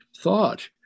thought